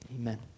amen